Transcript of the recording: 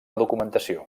documentació